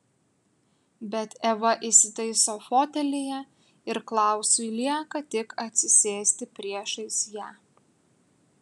bet eva įsitaiso fotelyje ir klausui lieka tik atsisėsti priešais ją